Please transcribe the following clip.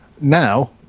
Now